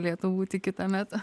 lietuva tik kitąmet